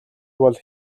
бол